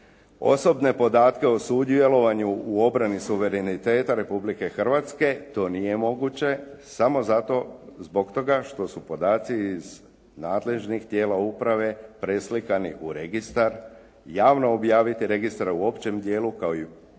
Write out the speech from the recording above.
osobne podatke o sudjelovanju u obrani suvereniteta Republike Hrvatske to nije moguće samo zbog toga što su podaci iz nadležnih tijela uprave preslikani u registar. Javno objaviti registar u općem dijelu značilo